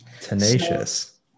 tenacious